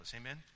amen